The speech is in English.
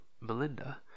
Melinda